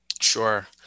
sure